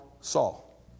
Saul